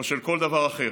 או כל דבר אחר.